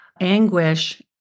anguish